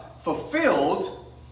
fulfilled